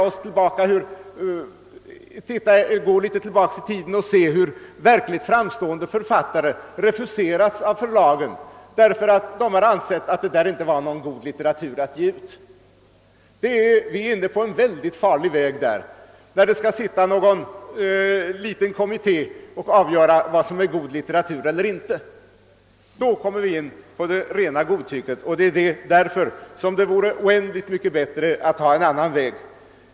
Om vi går ett stycke tillbaka i tiden kan vi se hur verkligt framstående författare refuserats av förlagen därför att dessa inte ansett deras verk vara god litteratur, värd att ge ut. Vi är inne på en mycket farlig väg, om vi tillsätter någon liten kommitté för att avgöra vad som är god litteratur. Då kommer vi in på rena godtycket, och därför vore det oändligt mycket bättre att följa någon annan väg.